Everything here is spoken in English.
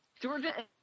Georgia